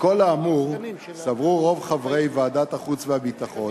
מכל האמור סברו רוב חברי ועדת החוץ והביטחון